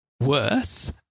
worse